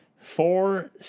Four